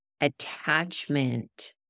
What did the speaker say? attachment